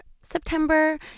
September